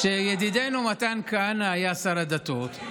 ידידנו מתן כהנא היה שר הדתות,